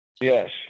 yes